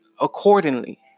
accordingly